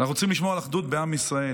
אנחנו צריכים לשמור על אחדות בעם ישראל.